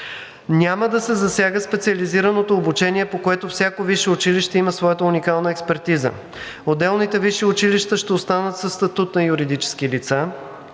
Няма да се засяга специализираното обучение, по което всяко висше училище има своята уникална експертиза. Отделните висши училища ще останат със статут на юридически лица